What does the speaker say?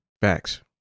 Facts